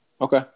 Okay